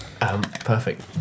Perfect